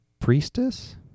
priestess